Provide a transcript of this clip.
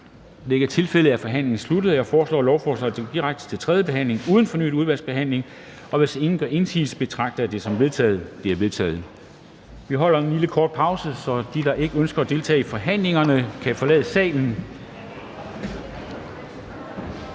det ikke er tilfældet, er forhandlingen sluttet. Jeg foreslår, at lovforslaget går direkte til tredje behandling uden fornyet udvalgsbehandling, og hvis ingen gør indsigelse, betragter jeg dette som vedtaget. Det er vedtaget. Vi holder en lille kort pause, så de, der ikke ønsker at deltage i forhandlingerne, kan forlade salen.